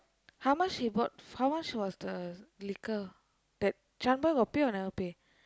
how much he bought how much was the liquor that shaan boy got pay or never pay